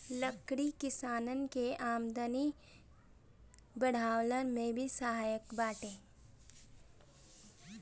लकड़ी किसानन के आमदनी बढ़वला में भी सहायक बाटे